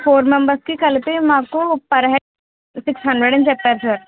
four మెంబర్స్కి కలిపి మాకు పర్ హెడ్ సిక్స్ హండ్రెడ్ అని చెప్పారు సార్